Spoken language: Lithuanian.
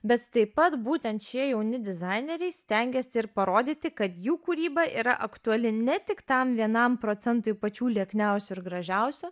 bet taip pat būtent šie jauni dizaineriai stengiasi ir parodyti kad jų kūryba yra aktuali ne tik tam vienam procentui pačių liekniausių ir gražiausių